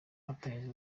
hatangijwe